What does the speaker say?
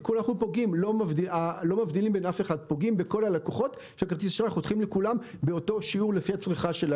לנו מותר להציג את הפגיעה באזרחים גם של שני בנקים.